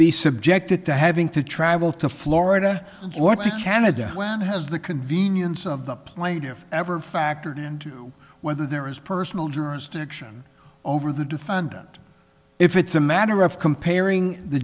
be subjected to having to travel to florida what to canada when has the convenience of the plaintiff ever factored into whether there is personal jurisdiction over the defendant if it's a matter of comparing the